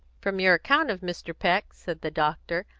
from your account of mr. peck. said the doctor,